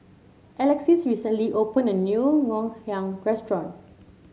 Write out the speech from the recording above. Alexys recently opened a new Ngoh Hiang Restaurant